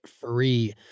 free